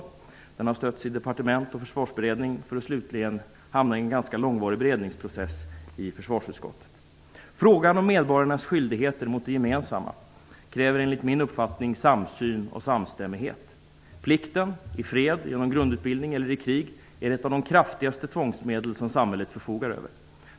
Frågan har blötts i departement och i en försvarsberedning för att slutligen hamna i en ganska långvarig beredningsprocess i försvarsutskottet. Frågan om medborgarnas skyldigheter gentemot det gemensamma kräver enligt min uppfattning samsyn och samstämmighet. Plikten i fred genom en grundutbildning eller i krig är ett av de kraftigaste tvångsmedel som samhället förfogar över.